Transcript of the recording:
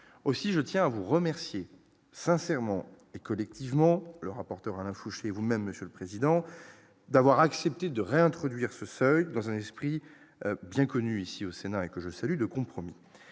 aussi, je tiens à vous remercier sincèrement et collectivement le rapporteur Alain Fouché, vous-même, Monsieur le Président, d'avoir accepté de réintroduire ce seuil dans un esprit bien connu ici au Sénat et que je salue le compromis